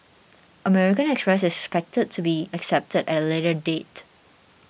American Express is expected to be accepted at a later date